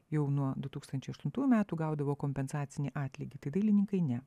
jau nuo du tūkstančiai aštuntųjų metų gaudavo kompensacinį atlygį tai dailininkai ne